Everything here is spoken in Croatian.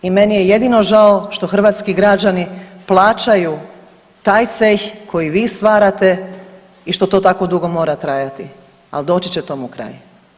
I meni je jedino žao što hrvatski građani plaćaju taj ceh koji vi stvarate i što tako dugo mora trajati, ali doći će tomu kraj.